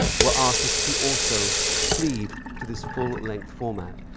were artists who also cleaved to this full-length format.